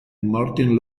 martin